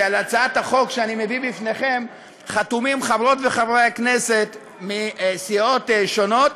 שעל הצעת החוק שאני מביא בפניכם חתומים חברות וחברי הכנסת מסיעות שונות,